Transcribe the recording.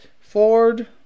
ford